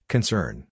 Concern